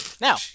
Now